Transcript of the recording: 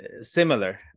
similar